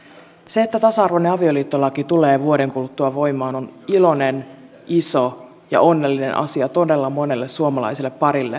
se että tasa arvoinen avioliittolaki tulee vuoden kuluttua voimaan on iloinen iso ja onnellinen asia todella monelle suomalaiselle parille ja perheelle